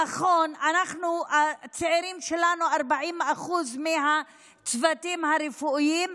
נכון, הצעירים שלנו הם 40% מהצוותים הרפואיים,